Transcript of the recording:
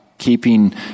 keeping